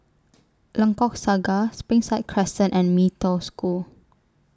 Lengkok Saga Springside Crescent and Mee Toh School